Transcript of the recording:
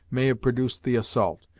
may have produced the assault,